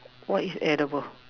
what is edible